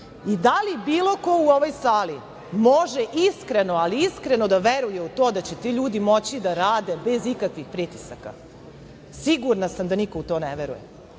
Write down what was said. i da li bilo ko u ovoj sali može iskreno, ali iskreno da veruje u to da će ti ljudi moći da rade bez ikakvih pritisaka? Sigurna sam da niko u to ne veruje. Evo,